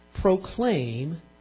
proclaim